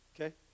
Okay